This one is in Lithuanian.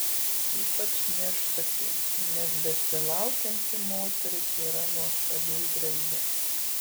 ypač nėštukei nes besilaukianti moteris yra nuostabiai graži